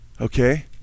okay